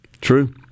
True